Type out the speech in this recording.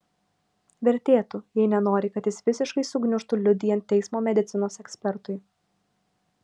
vertėtų jei nenori kad jis visiškai sugniužtų liudijant teismo medicinos ekspertui